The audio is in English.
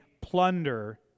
plunder